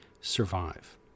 survive